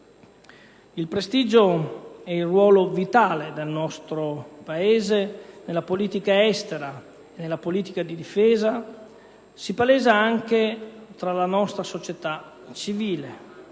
Il prestigio ed il ruolo vitale nel nostro Paese nella politica estera e di difesa si palesa anche fra la nostra società civile.